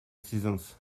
seasons